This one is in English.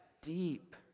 deep